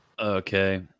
Okay